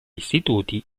istituti